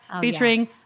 featuring